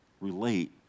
relate